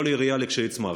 כל עירייה לעצמה,